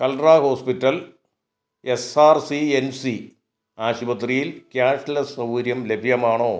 Kalra hospital S R C N C ആശുപത്രിയിൽ cashless സൗകര്യം ലഭ്യമാണോ